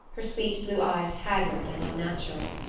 her sweet blue eyes haggard and unnatural.